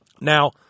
Now